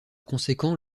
conséquent